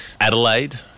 Adelaide